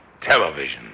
Television